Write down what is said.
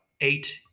eight